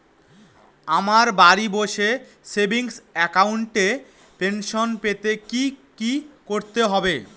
আমায় বাড়ি বসে সেভিংস অ্যাকাউন্টে পেনশন পেতে কি কি করতে হবে?